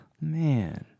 man